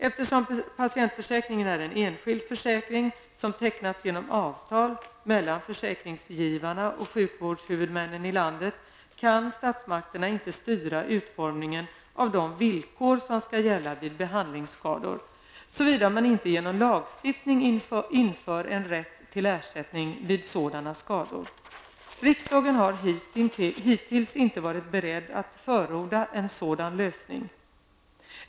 Eftersom patientförsäkringen är en enskild försäkring som tecknats genom avtal mellan försäkringsgivarna och sjukvårdshuvudmännen i landet kan statsmakterna inte styra utformningen av de villkor som skall gälla vid behandlingsskador, såvida man inte genom lagstiftning inför en rätt till ersättning vid sådana skador. Riksdagen har hittills inte varit beredd att förorda en sådan lösning.